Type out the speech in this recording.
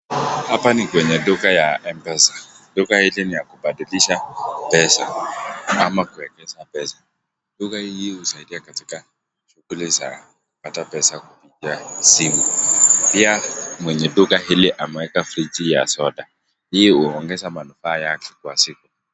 Hapa ni kwenye duka ya mpesa, duka hili ni ya kubadilisha pesa ama kuekeza pesa, duka hii husaidia katika shughuli za kupata pesa kupitia simu. Pia mwenye duka hili ameweka friji ya soda, hii huongeza manufaa yake kwa siku.